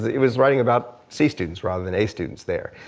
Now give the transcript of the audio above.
it was writing about c students rather than a students there.